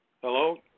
Hello